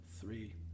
three